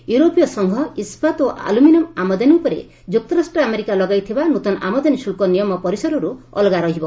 ୟୁରୋପୀୟ ସଂଘ ଇସ୍କାତ ଓ ଆଲୁମିନିୟମ୍ ଆମଦାନୀ ଉପରେ ଯୁକ୍ତରାଷ୍ଟ୍ର ଆମେରିକା ଲଗାଇଥିବା ନୃତନ ଆମଦାନୀ ଶୁଲ୍କ ନିୟମ ପରିସରରୁ ଅଲଗା ରହିବ